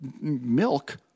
milk